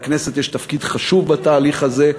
לכנסת יש תפקיד חשוב בתהליך הזה.